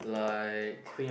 like